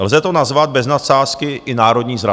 Lze to nazvat bez nadsázky i národní zradou.